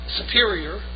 superior